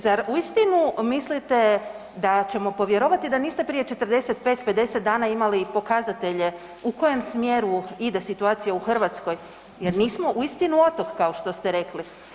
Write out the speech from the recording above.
Zar uistinu mislite da ćemo povjerovati da niste prije 45, 50 dana imali pokazatelje u kojem smjeru ide situacija u Hrvatskoj jer nismo uistinu otok, kao što ste rekli.